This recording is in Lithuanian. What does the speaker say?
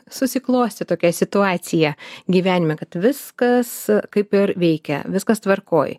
susiklostė tokia situacija gyvenime kad viskas kaip ir veikia viskas tvarkoj